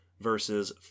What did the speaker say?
versus